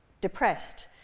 depressed